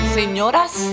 señoras